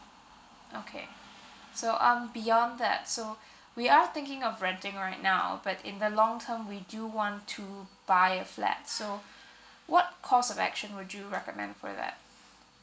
okay so um beyond that so we are thinking of renting right now but in the long term we do want to buy a flat so what course of action would you recommend for that